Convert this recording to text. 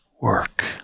work